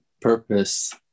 purpose